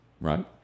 Right